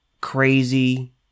crazy